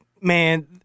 man